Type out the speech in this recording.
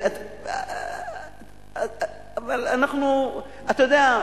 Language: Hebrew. אתה יודע,